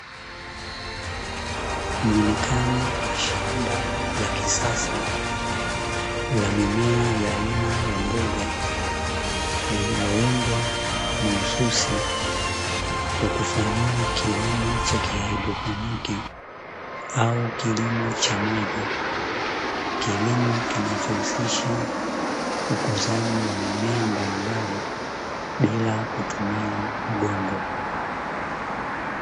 Muonekano wa shamba la kisasa la mimea ya aina ya mboga, lililoundwa mahususi kwa kufanyia kilimo cha kihaidroponiki au kilimo cha maji, kilimo kinachohusisha ukuzaji wa mimea mbalimbali bila kutumia udongo.